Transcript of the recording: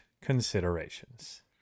considerations